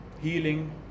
healing